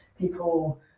people